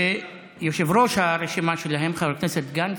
ויושב-ראש הרשימה שלהם, חבר הכנסת גנץ,